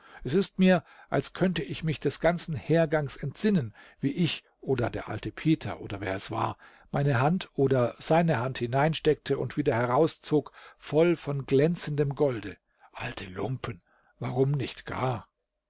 es ist mir als könnte ich mich des ganzen hergangs entsinnen wie ich oder der alte peter oder wer es war meine hand oder seine hand hineinsteckte und wieder herauszog voll von glänzendem golde alte lumpen warum nicht gar